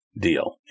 deal